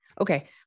Okay